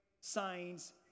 signs